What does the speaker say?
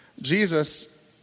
Jesus